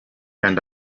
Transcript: and